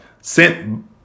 sent